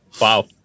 Wow